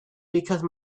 because